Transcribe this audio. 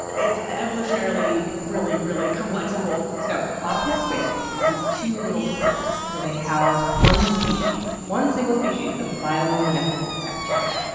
it's evolutionarily really, really complex and cool. so, so, bobtail squid have these two little crypts where they house one species one single species of bioluminescent bacteria,